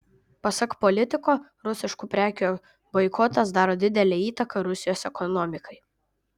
pasak politiko rusiškų prekių boikotas daro didelę įtaką rusijos ekonomikai